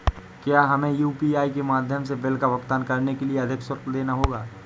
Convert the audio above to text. क्या हमें यू.पी.आई के माध्यम से बिल का भुगतान करने के लिए अधिक शुल्क देना होगा?